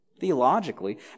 theologically